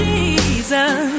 Jesus